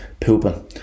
pooping